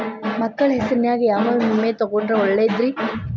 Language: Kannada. ಮಕ್ಕಳ ಹೆಸರಿನ್ಯಾಗ ಯಾವ ವಿಮೆ ತೊಗೊಂಡ್ರ ಒಳ್ಳೆದ್ರಿ?